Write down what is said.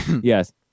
Yes